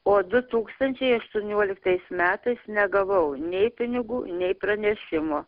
o du tūkstančiai aštuonioliktais metais negavau nei pinigų nei pranešimo